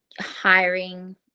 Hiring